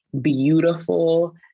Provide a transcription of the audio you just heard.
beautiful